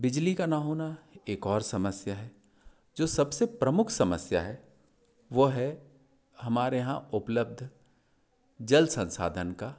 बिजली का ना होना एक और समस्या है जो सबसे प्रमुख समस्या है वो है हमारे यहाँ उपलब्ध जल संसाधन का